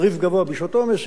אם הסיפור הזה כדאי לך.